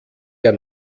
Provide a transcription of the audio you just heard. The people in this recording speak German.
der